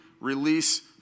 release